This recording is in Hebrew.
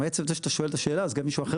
מעצם זה שאתה שואל את השאלה אז גם מישהו אחר